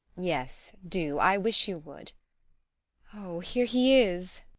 yes, do i wish you would oh! here he is.